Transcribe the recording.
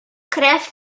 krew